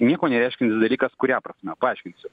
nieko nereiškiantis dalykas kuria prasme paaiškinsiu